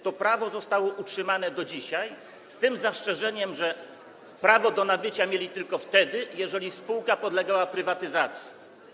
To prawo zostało utrzymane do dzisiaj, z tym zastrzeżeniem, że prawo do nabycia mieli tylko wtedy, gdy spółka podlegała prywatyzacji.